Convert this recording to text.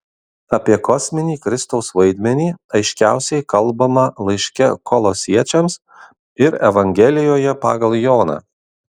apie kosminį kristaus vaidmenį aiškiausiai kalbama laiške kolosiečiams ir evangelijoje pagal joną